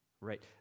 right